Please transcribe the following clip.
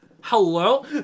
Hello